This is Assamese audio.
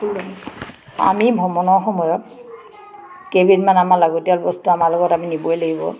আমি ভ্ৰমণৰ সময়ত কেইবিধমান আমাৰ লাগতিয়াল বস্তু আমাৰ লগত আমি নিবই লাগিব